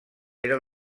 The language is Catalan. era